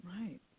Right